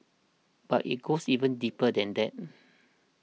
but it goes even deeper than that